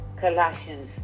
Colossians